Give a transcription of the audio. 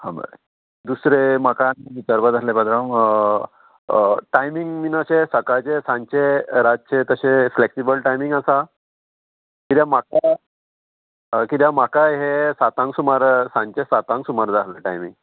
हां बरें दुसरें म्हाका विचारपाक जाय आसलें पात्रांव टायमींग बीन अशें सकाळचें सांचे रातचें तशें फ्लेक्सिबल टायमींग आसा किद्याक म्हाका किद्याक म्हाका हें सातांक सुमार सांचें सातांक सुमार जाय आसलें टायमींग